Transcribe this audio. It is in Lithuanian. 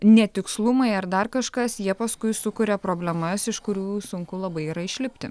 netikslumai ar dar kažkas jie paskui sukuria problemas iš kurių sunku labai yra išlipti